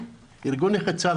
ארגון נכי צה"ל,